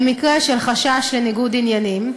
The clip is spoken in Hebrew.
במקרה של חשש לניגוד עניינים,